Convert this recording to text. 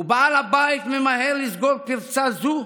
ובעל הבית ממהר לסגור פרצה זו,